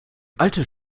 altes